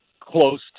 close